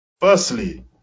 firstly